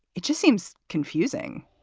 it just seems confusing